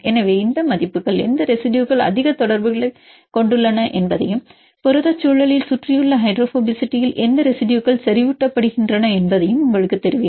எனவே இந்த மதிப்புகள் எந்த ரெசிடுயுகள் அதிக தொடர்புகளைக் கொண்டுள்ளன என்பதையும் புரதச் சூழலில் சுற்றியுள்ள ஹைட்ரோபோபசிட்டியில் எந்த ரெசிடுயுகள் செறிவூட்டப்படுகின்றன என்பதையும் உங்களுக்குத் தெரிவிக்கும்